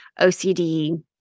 OCD